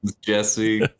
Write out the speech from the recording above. Jesse